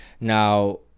now